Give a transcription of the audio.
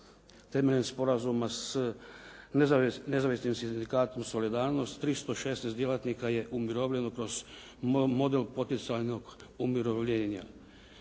Temeljem sporazuma s Nezavisnim sindikatom "Solidarnost" 316 djelatnika je umirovljeno kroz model poticajnog umirovljenja